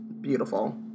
beautiful